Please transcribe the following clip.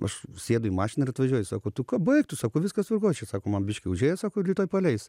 aš sėdu į mašiną ir atvažiuoju sako tu ką baik tu sako viskas tvarkoj čia sako man biškį užėjo sako rytoj paleis